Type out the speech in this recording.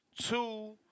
two